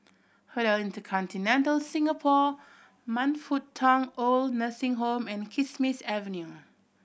Hotel InterContinental Singapore Man Fut Tong OId Nursing Home and Kismis Avenue